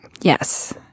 Yes